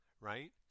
right